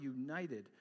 united